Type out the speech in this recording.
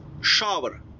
shower